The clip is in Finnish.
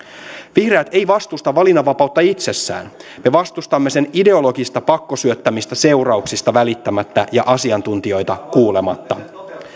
vihreät eivät vastusta valinnanvapautta itsessään me vastustamme sen ideologista pakkosyöttämistä seurauksista välittämättä ja asiantuntijoita kuulematta